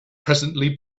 presently